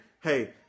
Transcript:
hey